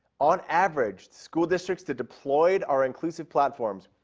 on average, school districts that deployed our inclusive platforms,